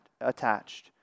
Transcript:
attached